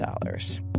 dollars